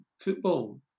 football